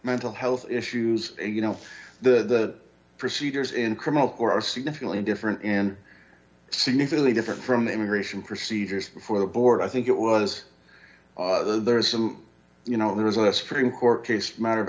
mental health issues you know the procedures in criminal court are significantly different in significantly different from the immigration procedures before the board i think it was there is some you know there was a supreme court case matter of